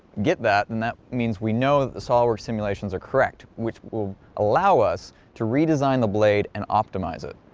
get that and that means we know the saw works simulations are correct, which will allow us to redesign the blade and optimize it